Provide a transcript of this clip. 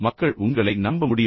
மக்கள் உங்களை நம்ப முடியுமா